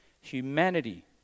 humanity